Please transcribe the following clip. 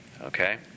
okay